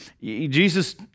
Jesus